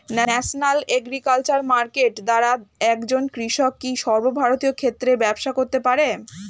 National agriculture market দ্বারা একজন কৃষক কি সর্বভারতীয় ক্ষেত্রে ব্যবসা করতে পারে?